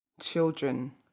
children